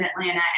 Atlanta